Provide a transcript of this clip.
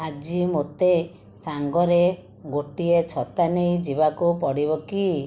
ଆଜି ମୋତେ ସାଙ୍ଗରେ ଗୋଟିଏ ଛତା ନେଇ ଯିବାକୁ ପଡ଼ିବ କି